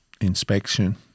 inspection